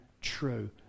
True